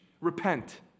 repent